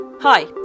Hi